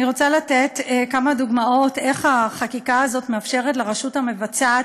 אני רוצה לתת כמה דוגמאות איך החקיקה הזאת מאפשרת לרשות המבצעת